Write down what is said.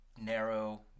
narrow